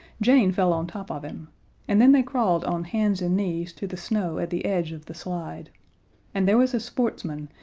jane fell on top of him and then they crawled on hands and knees to the snow at the edge of the slide and there was a sportsman,